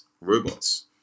robots